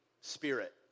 spirit